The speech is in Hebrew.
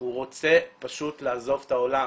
הוא רוצה פשוט לעזוב את העולם.